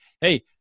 Hey